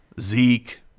Zeke